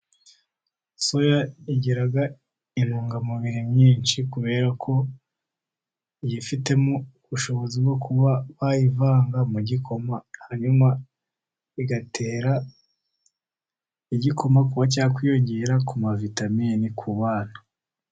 Soya igira intungamubiri nyinshi kubera ko yifitemo ubushobozi bwo kuba bayivanga mu gikoma hanyuma igatera igikoma kuba cyakwiyongera ku mavitamine ku bana.